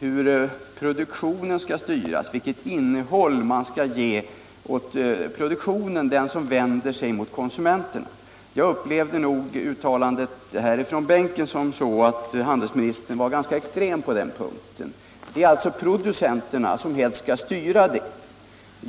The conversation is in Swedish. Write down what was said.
hur produktionen skall styras, vilket innehåll man skall ge åt den produktion som vänder sig till konsumenterna. Här ifrån bänken upplevde jag handelsministerns uttalande så att handelsministern var ganska extrem på den punkten och menade att det är producenterna som helt skall styra produktionen.